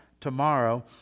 tomorrow